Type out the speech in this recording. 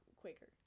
Quaker